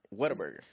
Whataburger